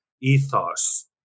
ethos